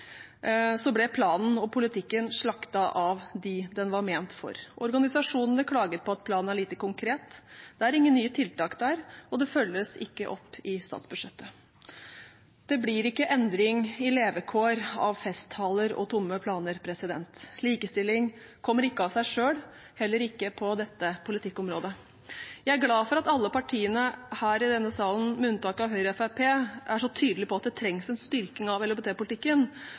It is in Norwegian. planen og politikken ble slaktet av dem den var ment for. Organisasjonene klaget på at planen er lite konkret, det er ingen nye tiltak der, og det følges ikke opp i statsbudsjettet. Det blir ikke endring i levekår av festtaler og tomme planer. Likestilling kommer ikke av seg selv, heller ikke på dette politikkområdet. Jeg er glad for at alle partiene her i denne salen – med unntak av Høyre og Fremskrittspartiet – er så tydelige på at det trengs en styrking av